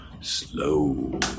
slow